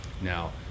Now